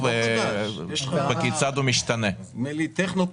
גם התאגדויות שלאו דווקא התאגדו מרצון,